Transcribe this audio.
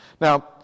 Now